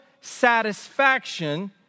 satisfaction